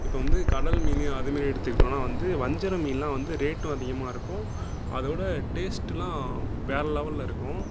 இப்போ வந்து கடல் மீன் அது மாரி எடுத்துக்கிட்டோம்னா வந்து வஞ்சரை மீன்லாம் வந்து ரேட்டும் அதிகமாக இருக்கும் அதோடய டேஸ்ட்லாம் வேறே லெவலில் இருக்கும்